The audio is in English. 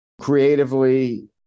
Creatively